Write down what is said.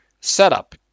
Setup